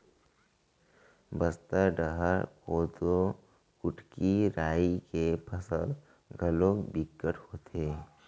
बस्तर डहर कोदो, कुटकी, राई के फसल घलोक बिकट होथे